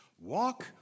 Walk